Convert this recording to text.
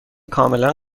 کاملا